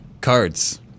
Cards